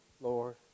Lord